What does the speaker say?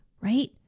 right